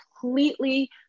completely